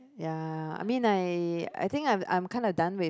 ya I mean I think I I'm kinda done with